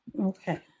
Okay